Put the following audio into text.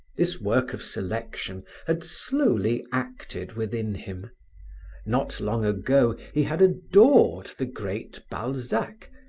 this work of selection had slowly acted within him not long ago he had adored the great balzac,